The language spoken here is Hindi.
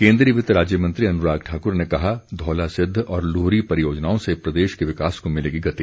केन्द्रीय वित्त राज्य मंत्री अनुराग ठाकुर ने कहा धौलासिद्ध और लुहरी परियोजनाओं से प्रदेश के विकास को मिलेगी गति